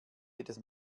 jedes